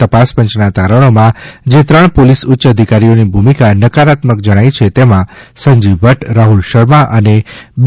તપાસપંચના તારણોમાં જે ત્રણ પોલીસ ઉચ્ય અધિકારીઓની ભૂમિકા નકારાત્મક જણાઇ છે તેમાં સંજીવ ભદ્દ રાહુલ શર્મા અને બી